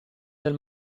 del